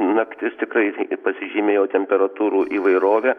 naktis tikrai pasižymėjo temperatūrų įvairove